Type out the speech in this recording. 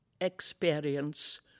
experience